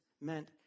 meant